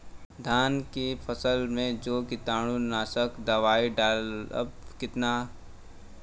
धान के फसल मे जो कीटानु नाशक दवाई डालब कितना?